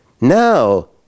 now